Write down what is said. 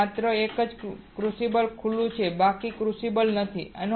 અને માત્ર એક ક્રુસિબલ ખુલ્લું છે બાકીના ક્રુસિબલ્સ નથી